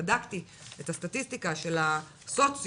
וכשבדקתי את הסטטיסטיקה של הסוציו